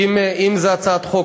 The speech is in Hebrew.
אם זו הצעת חוק,